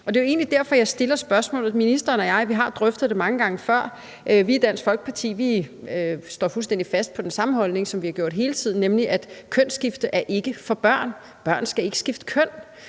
egentlig derfor, jeg stiller spørgsmålet. Ministeren og jeg har drøftet det mange gange før. Vi i Dansk Folkeparti står fuldstændig fast på den samme holdning, som vi har gjort hele tiden, nemlig at kønsskifte ikke er for børn. Børn skal ikke skifte køn.